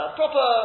proper